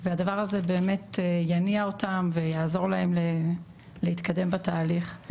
והדבר הזה באמת יניע אותם ויעזור להם להתקדם בתהליך.